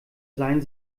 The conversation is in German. seien